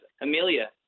Amelia